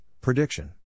prediction